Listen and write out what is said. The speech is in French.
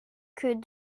que